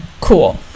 Cool